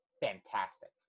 fantastic